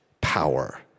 power